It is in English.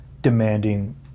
demanding